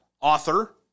author